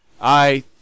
I